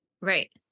Right